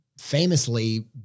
famously